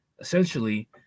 Essentially